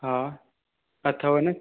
हा अथव न